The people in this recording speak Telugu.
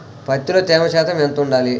పత్తిలో తేమ శాతం ఎంత ఉండాలి?